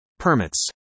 Permits